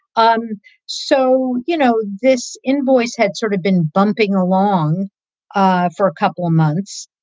um so you know this invoice had sort of been bumping along ah for a couple of months.